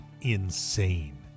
insane